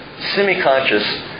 Semi-conscious